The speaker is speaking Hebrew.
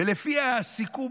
ולפי הסיכום,